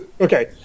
Okay